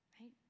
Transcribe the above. right